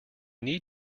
need